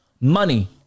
Money